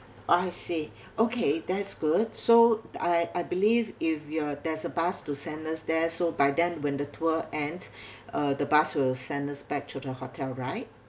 I see okay that's good so I I believe if you are there's a bus to send us there so by then when the tour ends uh the bus will send us back to the hotel right